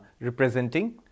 representing